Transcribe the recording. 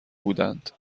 بودند